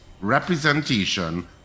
representation